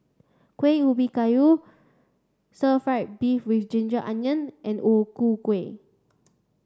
Kueh Ubi Kayu stir fried beef with ginger onion and O Ku Kueh